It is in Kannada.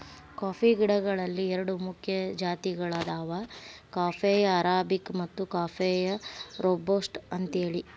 ಕಾಫಿ ಗಿಡಗಳಲ್ಲಿ ಎರಡು ಮುಖ್ಯ ಜಾತಿಗಳದಾವ ಕಾಫೇಯ ಅರಾಬಿಕ ಮತ್ತು ಕಾಫೇಯ ರೋಬಸ್ಟ ಅಂತೇಳಿ